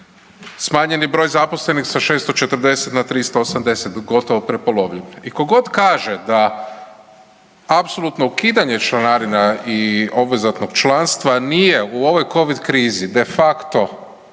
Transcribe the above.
Smanjen je broj zaposlenih sa 640 na 380 gotovo prepolovljen. I tko god kaže da apsolutno ukidanje članarina i obvezatnog članstva nije u ovoj Covid krizi de facto